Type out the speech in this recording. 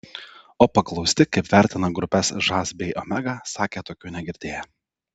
o paklausti kaip vertina grupes žas bei omega sakė tokių negirdėję